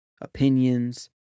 opinions